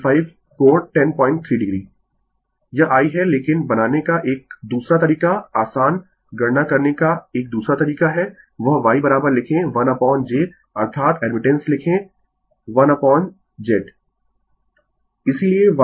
Refer Slide Time 2917 यह I है लेकिन बनाने का एक दूसरा तरीका आसान गणना करने का एक दूसरा तरीका है वह Yलिखें 1 अपोन j अर्थात एडमिटेंस लिखें 1 अपोन z